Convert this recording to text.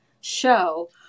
show